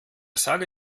sage